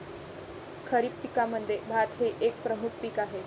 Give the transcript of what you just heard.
खरीप पिकांमध्ये भात हे एक प्रमुख पीक आहे